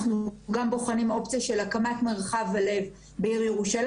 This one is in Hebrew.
אנחנו גם בוחנים אופציה של הקמת מרחב הלב בעיר ירושלים.